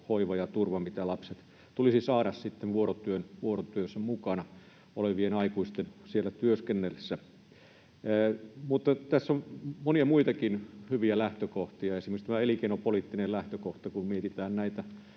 hoiva ja turva, mitä lasten tulisi saada vuorotyössä mukana olevien aikuisten työskennellessä. Mutta tässä on monia muitakin hyviä lähtökohtia, esimerkiksi tämä elinkeinopoliittinen lähtökohta. Kun mietitään näitä